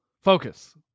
focus